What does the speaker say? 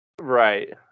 right